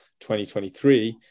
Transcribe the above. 2023